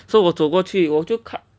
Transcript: so 我走过去我就看